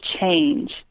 change